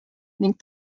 ning